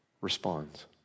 responds